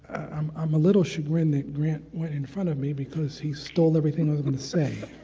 um i'm a little chagrined grant went in front of me because he stole everything i was going to say.